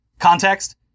context